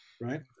right